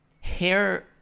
hair